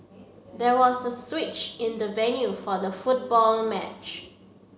there was a switch in the venue for the football match